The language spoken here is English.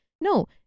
no